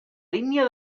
línia